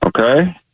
Okay